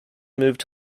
moved